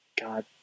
God